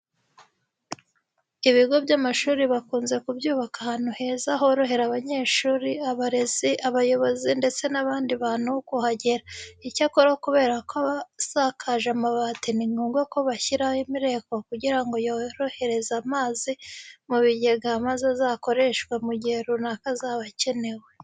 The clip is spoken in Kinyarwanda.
Ibigo by'amashuri bakunze kubyubaka ahantu heza horohera abanyeshuri, abarezi, abayobozi ndetse n'abandi bantu kuhagera. Icyakora kubera ko aba asakaje amabati ni ngombwa ko bashyiraho imireko kugira ngo yohereze amazi mu bigega maze azakoreshwe mu gihe runaka azaba akenewe.